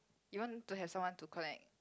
you want to have someone to collect